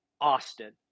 Austin